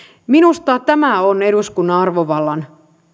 minusta tämä on eduskunnan arvovallan